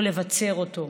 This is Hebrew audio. לבצר אותו".